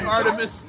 Artemis